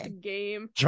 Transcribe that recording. game